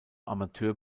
amateur